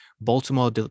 Baltimore